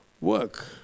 work